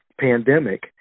pandemic